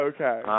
Okay